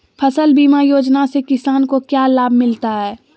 फसल बीमा योजना से किसान को क्या लाभ मिलता है?